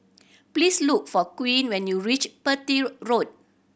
please look for Queen when you reach Petir Park